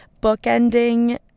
bookending